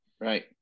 right